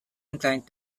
inclined